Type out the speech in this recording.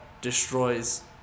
destroys